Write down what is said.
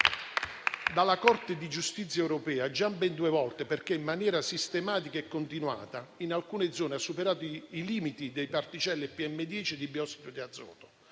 dalla Corte di giustizia europea ben due volte, perché, in maniera sistematica e continuata, in alcune zone ha superato i limiti delle particelle PM10 di biossido di azoto.